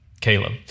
Caleb